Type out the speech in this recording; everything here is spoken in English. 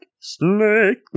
Snake